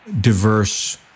diverse